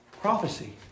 Prophecy